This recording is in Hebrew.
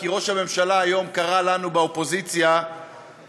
כי ראש הממשלה היום קרא לנו באופוזיציה חמוצים.